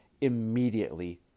immediately